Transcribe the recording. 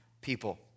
people